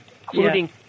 Including